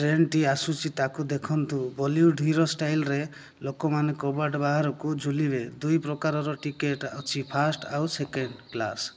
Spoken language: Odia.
ଟ୍ରେନଟି ଆସୁଛି ତାକୁ ଦେଖନ୍ତୁ ବଲିଉଡ଼୍ ହିରୋ ଷ୍ଟାଇଲ୍ରେ ଲୋକମାନେ କବାଟ ବାହାରକୁ ଝୁଲିବେ ଦୁଇ ପ୍ରକାରର ଟିକେଟ୍ ଅଛି ଫାର୍ଷ୍ଟ ଆଉ ସେକେଣ୍ଡ କ୍ଲାସ୍